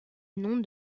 nom